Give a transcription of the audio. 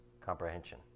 comprehension